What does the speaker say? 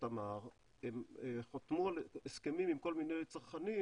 בתמר חתמו על הסכמים עם כל מיני צרכנים,